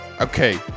Okay